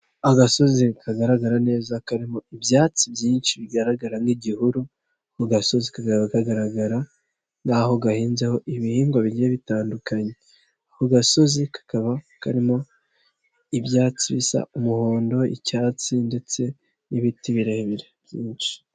Agasozi kagaragara neza karimo ibyatsi byinshi bigaragara nk'igihuru, ako gasozi kakaba kagaragara nk'aho gahinzeho ibihingwa bigiye bitandukanye, ako gasozi kakaba karimo ibyatsi bisa umuhondo, icyatsi ndetse n'ibiti birebire byinshi.